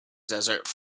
desert